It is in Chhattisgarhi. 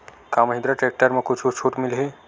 का महिंद्रा टेक्टर म कुछु छुट मिलही?